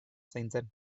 zaintzen